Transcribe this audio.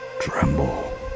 Tremble